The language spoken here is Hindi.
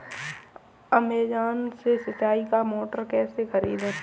अमेजॉन से सिंचाई का मोटर कैसे खरीदें?